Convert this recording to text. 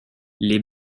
les